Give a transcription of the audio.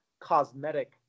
cosmetic